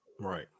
Right